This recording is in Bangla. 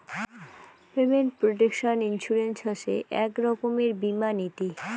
পেমেন্ট প্রটেকশন ইন্সুরেন্স হসে এক রকমের বীমা নীতি